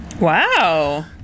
Wow